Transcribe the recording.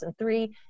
2003